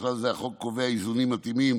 בכלל זה, החוק קובע איזונים מתאימים